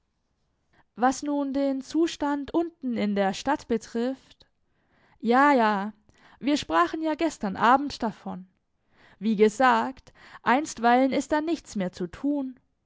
was nun den zustand unten in der stadt betrifft ja ja wir sprachen ja gestern abend davon wie gesagt einstweilen ist da nichts mehr zu tun